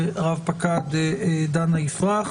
רב פקד דנה יפרח,